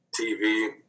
TV